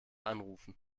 anrufen